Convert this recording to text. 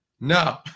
No